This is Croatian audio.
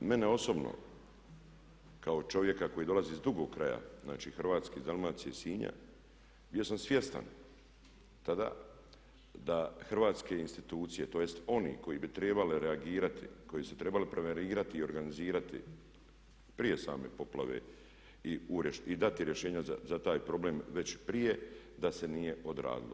Mene osobno kao čovjeka koji dolazi iz drugog kraja, znači Hrvatske, iz Dalmacije, iz Sinja, bio sam svjestan tada da hrvatske institucije, tj. oni koji bi trebali reagirati, koji su trebali prevenirati i organizirati prije same poplave i dati rješenja za taj problem već prije da se nije odradilo.